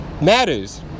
matters